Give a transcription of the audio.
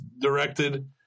directed